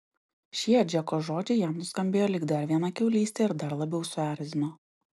šie džeko žodžiai jam nuskambėjo lyg dar viena kiaulystė ir dar labiau suerzino